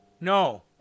No